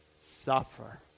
Suffer